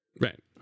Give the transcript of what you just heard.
right